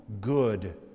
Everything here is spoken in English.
good